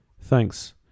Thanks